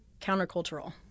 countercultural